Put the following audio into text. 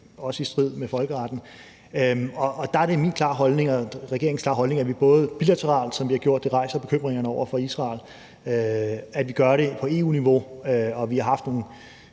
også i strid med folkeretten. Og der er det min klare holdning og regeringens klare holdning, at vi både bilateralt, som vi har gjort det, rejser bekymringerne over for Israel, at vi gør det på EU-niveau – vi har haft nogle